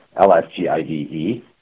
L-S-G-I-V-E